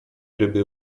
ryby